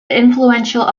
influential